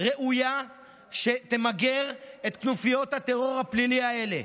ראויה שתמגר את כנופיות הטרור הפלילי האלה.